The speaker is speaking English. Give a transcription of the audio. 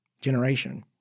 generation